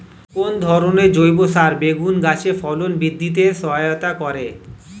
কি ধরনের জৈব সার বেগুন গাছে ফলন বৃদ্ধিতে সহায়তা করে?